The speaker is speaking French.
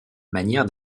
manière